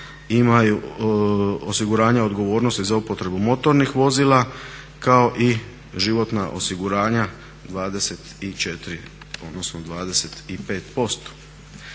imaju osiguranja odgovornosti za upotrebu motornih vozila kao i životna osiguranja 24, odnosno 25%.